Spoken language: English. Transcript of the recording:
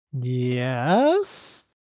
Yes